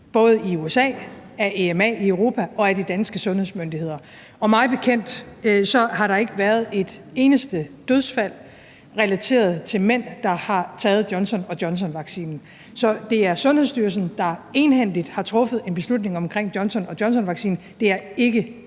både i USA, af EMA i Europa og af de danske sundhedsmyndigheder, og mig bekendt har der ikke været et eneste dødsfald relateret til mænd, der har taget Johnson & Johnson-vaccinen. Så det er Sundhedsstyrelsen, der egenhændigt har truffet en beslutning om Johnson & Johnson-vaccinen. Det er ikke